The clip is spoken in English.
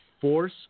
force